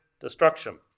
destruction